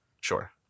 Sure